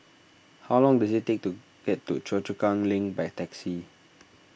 how long does it take to get to Choa Chu Kang Link by taxi